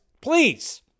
please